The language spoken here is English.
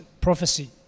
prophecy